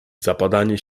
zapadanie